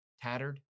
tattered